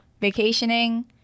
vacationing